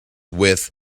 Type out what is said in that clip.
with